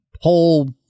whole